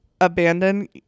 abandon